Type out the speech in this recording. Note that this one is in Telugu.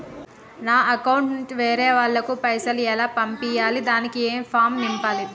నా అకౌంట్ నుంచి వేరే వాళ్ళకు పైసలు ఎలా పంపియ్యాలి దానికి ఏ ఫామ్ నింపాలి?